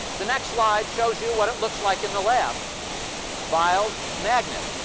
the next slide shows you what it looks like in the lab vials, magnet.